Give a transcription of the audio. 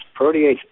protease